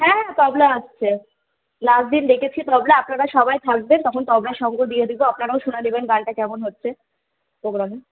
হ্যাঁ হ্যাঁ তবলা আসছে লাস্ট দিন ডেকেছি তবলা আপনারা সবাই থাকবেন তখন তবলা সঙ্গ দিয়ে দিবো আপনারাও শুনে নিবেন গানটা কেমন হচ্ছে প্রোগ্রামে